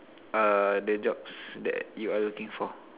are the jobs that you are looking for